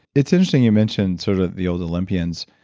it's interesting. you mentioned sort of the old olympians.